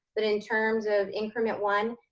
but in terms of increment one,